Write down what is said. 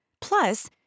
Plus